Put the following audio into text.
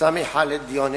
זועבי שאלה את